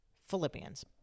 Philippians